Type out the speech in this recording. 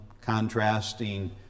contrasting